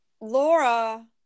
Laura